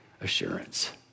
assurance